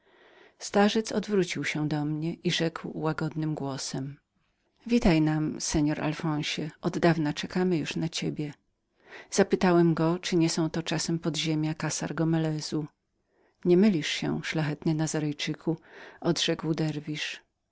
starzec obrócił się do mnie i rzekł łagodnym głosem witaj nam seor alfonsie oddawna czekamy już na ciebie zapytałem go czyli to nie były czasem podziemia kassar gomelezu nie mylisz się szlachetny nazarejczyku odrzekł derwisz